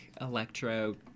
electro